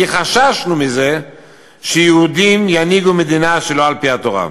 כי חששנו מזה שיהודים ינהיגו מדינה שלא על-פי התורה.